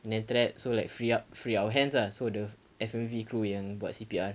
and then after that so like free up free our hands lah so the F_M_V crew yang buat C_P_R